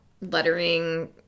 lettering